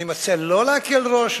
אני מציע לא להקל ראש,